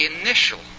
initial